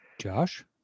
Josh